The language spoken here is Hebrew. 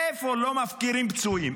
איפה לא מפקירים פצועים?